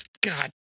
God